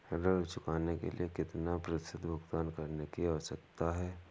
ऋण चुकाने के लिए कितना प्रतिशत भुगतान करने की आवश्यकता है?